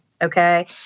Okay